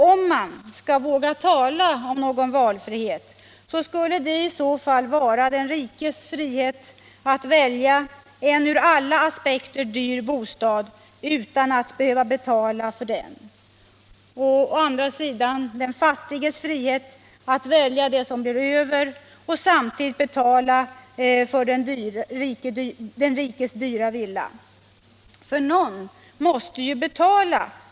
Om man skall tala om valfrihet så skulle det i så fall vara den rikes frihet att välja en ur alla aspekter dyr bostad utan att behöva betala för den. Å andra sidan har den fattige frihet att välja det som blir över och samtidigt betala för den rikes dyra villa.